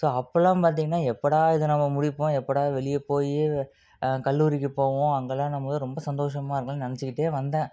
so அப்படில்லாம் பார்த்திங்கன்னா எப்படா இது நம்ம முடிப்போம் எப்படா வெளியே போய் கல்லூரிக்கு போவோம் அங்கேலாம் நம்ம ரொம்ப சந்தோஷமாக இருக்கலான்னு நினைச்சிக்கிட்டே வந்தேன்